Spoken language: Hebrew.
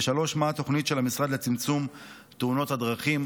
מה התוכנית של המשרד לצמצום תאונות הדרכים?